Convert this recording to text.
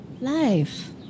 life